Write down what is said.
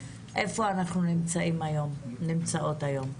איפה אנחנו נמצאות היום.